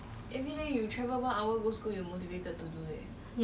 if you stay at home it's like it's too comfortable